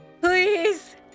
Please